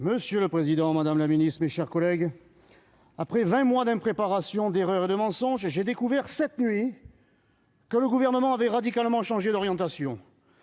Monsieur le président, madame la ministre, mes chers collègues, après vingt mois d'impréparation, d'erreurs et de mensonges, j'ai découvert cette nuit que le Gouvernement avait radicalement changé d'orientation.